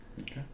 Okay